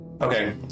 Okay